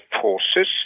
forces